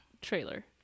trailer